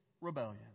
rebellion